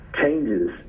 changes